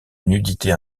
nudité